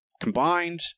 combined